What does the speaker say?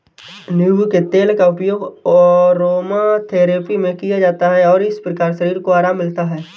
नींबू के तेल का उपयोग अरोमाथेरेपी में किया जाता है और इस प्रकार शरीर को आराम मिलता है